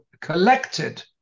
collected